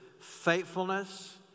faithfulness